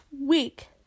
week